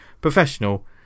professional